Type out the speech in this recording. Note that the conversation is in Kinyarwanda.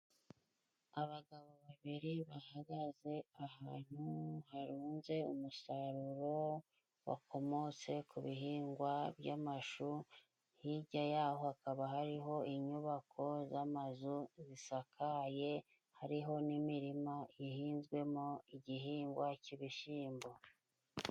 Abagabo babiri bahagaze ahantu harunze umusaruro wakomotse ku bihingwa by'amashu, hirya yaho hakaba hariho inyubako z'amazu zisakaye hariho n'imirima ihinzwemo igihingwa cy'ibishyimbo.